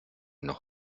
noch